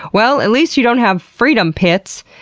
well at least you don't have freedom pits!